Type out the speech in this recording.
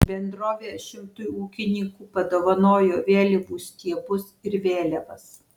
bendrovė šimtui ūkininkų padovanojo vėliavų stiebus ir vėliavas